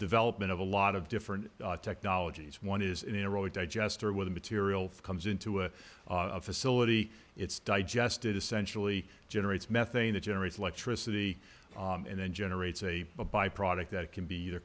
development of a lot of different technologies one is in a row digester where the material comes into a facility it's digested essentially generates methane that generates electricity and then generates a byproduct that can be eithe